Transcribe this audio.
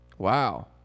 Wow